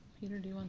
peter, do you and